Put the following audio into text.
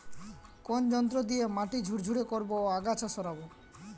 কোন যন্ত্র দিয়ে মাটি ঝুরঝুরে করব ও আগাছা সরাবো?